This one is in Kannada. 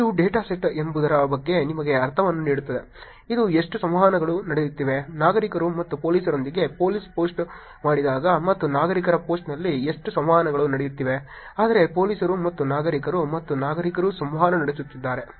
ಇದು ಡೇಟಾ ಸೆಟ್ ಏನೆಂಬುದರ ಬಗ್ಗೆ ನಿಮಗೆ ಅರ್ಥವನ್ನು ನೀಡುತ್ತದೆ ಇದು ಎಷ್ಟು ಸಂವಹನಗಳು ನಡೆಯುತ್ತಿವೆ ನಾಗರಿಕರು ಮತ್ತು ಪೊಲೀಸರೊಂದಿಗೆ ಪೊಲೀಸ್ ಪೋಸ್ಟ್ ಮಾಡಿದಾಗ ಮತ್ತು ನಾಗರಿಕರ ಪೋಸ್ಟ್ನಲ್ಲಿ ಎಷ್ಟು ಸಂವಹನಗಳು ನಡೆಯುತ್ತಿವೆ ಆದರೆ ಪೊಲೀಸರು ಮತ್ತು ನಾಗರಿಕರು ಮತ್ತು ನಾಗರಿಕರು ಸಂವಹನ ನಡೆಸುತ್ತಿದ್ದಾರೆ